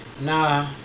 Nah